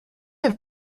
have